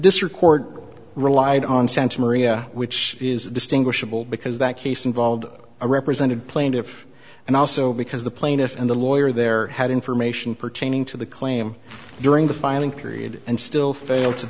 district court relied on santa maria which is distinguishable because that case involved a represented plaintiff and also because the plaintiff and the lawyer there had information pertaining to the claim during the filing period and still fail to